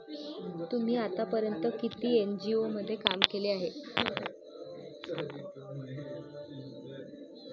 तुम्ही आतापर्यंत किती एन.जी.ओ मध्ये काम केले आहे?